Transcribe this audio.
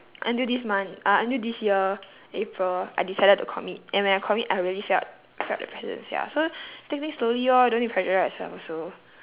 until this month uh until this year april I decided to commit and when I commit I really felt felt the presence sia so take this slowly lor don't need to pressurise yourself also